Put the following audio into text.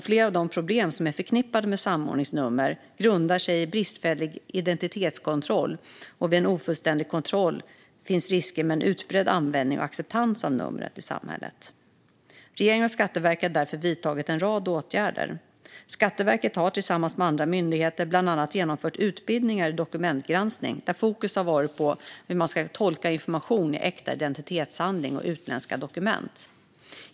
Flera av de problem som är förknippade med samordningsnummer grundar sig i bristfällig identitetskontroll, och vid en ofullständig kontroll finns risker med en utbredd användning och acceptans av numret i samhället. Regeringen och Skatteverket har därför vidtagit en rad åtgärder. Skatteverket har tillsammans med andra myndigheter bland annat genomfört utbildningar i dokumentgranskning där fokus varit på hur man ska tolka information i äkta identitetshandlingar och utländska dokument.